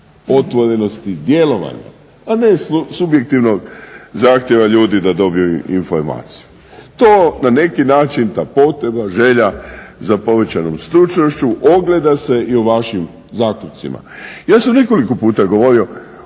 otvorenosti i djelovanja, a ne subjektivnog zahtjeva ljudi da dobiju informaciju. To na neki način ta potreba, želja za povećanom stručnošću ogleda se i u vašim zaključcima. Ja sam nekoliko puta govorio